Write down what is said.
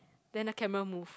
then the camera move